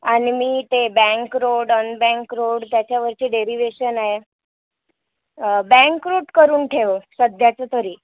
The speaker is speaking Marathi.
आणि मी ते बँक रोड अनबँक रोड त्याच्यावरचे डेरीव्हेशन आहेत बँक रोड करून ठेव सध्याचे तरी